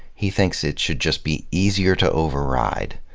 he thinks it should just be easier to override.